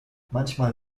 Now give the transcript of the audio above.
manchmal